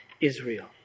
Israel